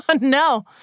No